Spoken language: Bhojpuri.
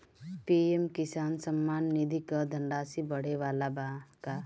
पी.एम किसान सम्मान निधि क धनराशि बढ़े वाला बा का?